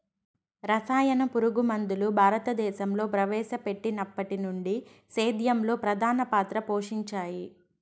రసాయన పురుగుమందులు భారతదేశంలో ప్రవేశపెట్టినప్పటి నుండి సేద్యంలో ప్రధాన పాత్ర పోషించాయి